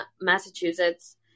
Massachusetts